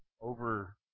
over